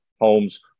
homes